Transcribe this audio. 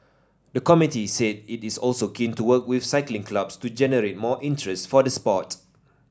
the committee said it is also keen to work with cycling clubs to generate more interest for the sport